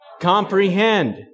comprehend